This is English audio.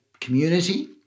community